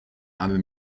aby